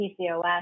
PCOS